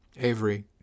Avery